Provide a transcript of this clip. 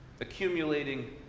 Accumulating